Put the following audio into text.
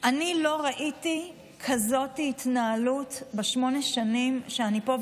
לא ראיתי כזאת התנהלות בשמונה השנים שאני פה,